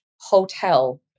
hotel